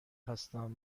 هستم